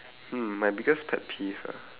hmm my biggest pet peeve ah